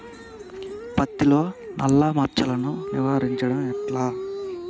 పత్తిలో నల్లా మచ్చలను నివారించడం ఎట్లా?